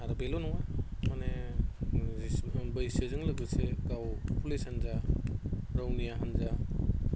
आरो बेल' नङा माने बैसोजों लोगोसे गाव पुलिस हान्जा रौनिया हान्जा